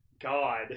God